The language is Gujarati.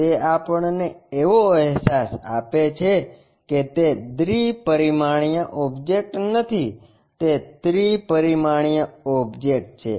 તે આપણને એવો અહેસાસ આપે છે કે તે દ્વિપરિમાણીય ઓબ્જેક્ટ નથી તે ત્રિ પરિમાણીય ઓબ્જેક્ટ છે